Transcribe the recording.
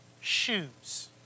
shoes